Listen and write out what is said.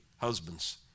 husbands